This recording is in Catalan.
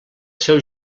seu